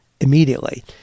immediately